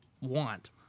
want